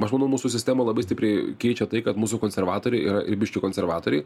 aš manau mūsų sistemą labai stipriai keičia tai kad mūsų konservatoriai yra ir biškį konservatoriai